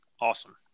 Awesome